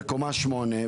בקומה שמונה,